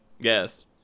Yes